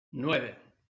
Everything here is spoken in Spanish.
nueve